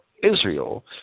Israel